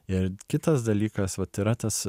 ir kitas dalykas vat yra tas